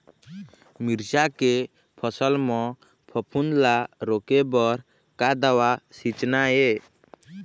मिरचा के फसल म फफूंद ला रोके बर का दवा सींचना ये?